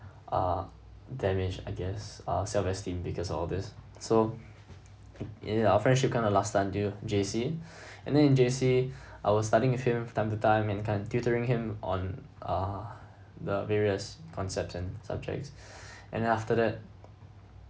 ah damaged I guess ah self-esteem because of all this so in our friendship kind of last until J_C and then in J_C I was studying with him time to time and kind of tutoring him on uh the various concepts and subjects and then after that